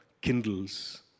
kindles